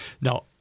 Now